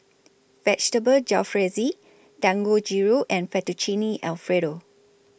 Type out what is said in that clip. Vegetable Jalfrezi Dangojiru and Fettuccine Alfredo